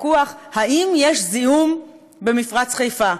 ויכוח אם יש זיהום במפרץ חיפה.